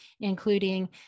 including